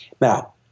Now